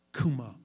Kuma